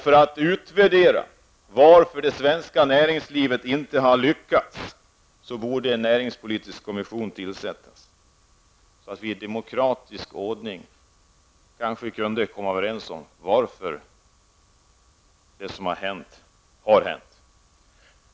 För att utreda varför det svenska näringslivet inte har lyckats bör en näringspolitisk kommission tillsättas så att vi i demokratisk ordning kan komma överens om varför det som har hänt har hänt.